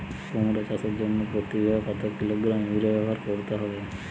কুমড়ো চাষের জন্য প্রতি বিঘা কত কিলোগ্রাম ইউরিয়া ব্যবহার করতে হবে?